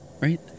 Right